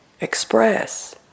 express